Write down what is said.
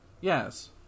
Yes